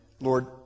Lord